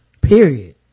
Period